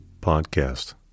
podcast